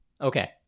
Okay